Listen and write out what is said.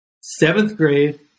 seventh-grade